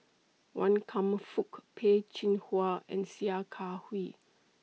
Wan Kam Fook Peh Chin Hua and Sia Kah Hui